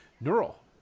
Neural